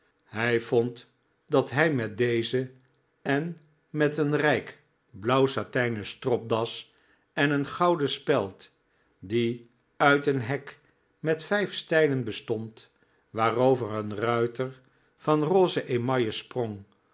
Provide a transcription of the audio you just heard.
hij vond dat hij met deze en met een rijk blauwsatijnen stropdas en een gouden speld die uit een hek met vijf stijlen bestond waarover een ruiter van rose emaille sprong